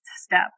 step